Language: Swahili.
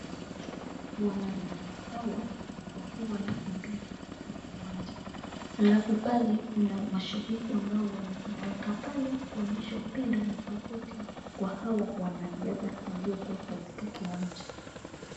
Wanariadha hawa wakiwa wanakimbia katika kiwanja, alafu pale kuna mashabiki ambao wamesimamika pale kuonyesha upendo na sapoti kwa hawa wanariadha waliokuwa katika kiwanja.